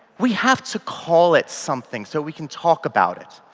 we have to call it something so we can talk about it.